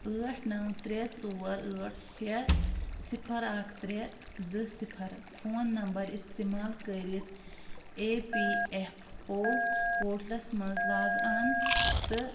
ٲٹھ نَو ترٛےٚ ژور ٲٹھ شیٚے صِفر اکھ ترٛےٚ زٕ صِفر فوٗن نمبر استعمال کٔرِتھ E P F O portals منٛز لاگ آن تہٕ